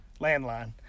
Landline